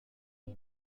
est